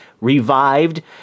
revived